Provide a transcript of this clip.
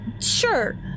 sure